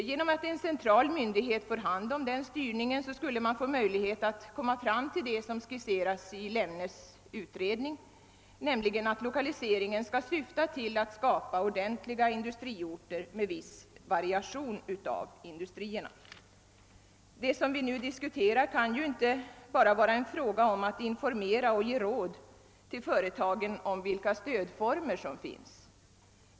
Genom att en central myndighet får hand om denna styrning skulle man kunna uppnå det som skisseras i Lemnes utredning, nämligen att lokaliseringen skall syfta till att skapa ordentliga industriorter med viss variation av industrierna. Det som vi nu diskuterar kan ju inte bara vara en fråga om att informera och ge råd till företagen om de stödformer som finns.